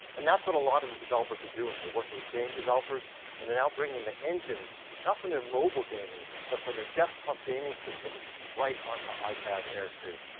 and that's what a lot of the developers are doing. we're working with game developers and they're now bringing the engines not from their mobile gaming but from their desktop gaming systems right on to ipad air two.